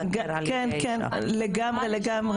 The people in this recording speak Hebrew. כן, לגמרי.